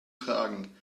tragen